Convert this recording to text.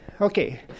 Okay